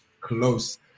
close